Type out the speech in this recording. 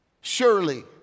Surely